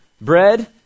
bread